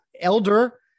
elder